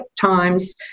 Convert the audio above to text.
times